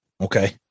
Okay